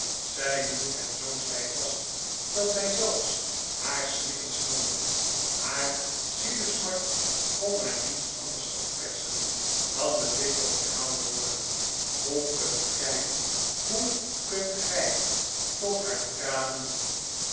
zij hield hem zoo stijf vast dat zij zelfs haar snikken smoorde haar zielesmart kon haar niets anders afpersen dan de dikwijlsherhaalde woorden hoe kunt gij hoe kunt gij tot haar tranen